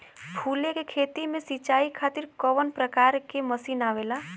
फूलो के खेती में सीचाई खातीर कवन प्रकार के मशीन आवेला?